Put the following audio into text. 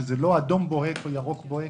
כשזה לא אדום בוהק או ירוק בוהק?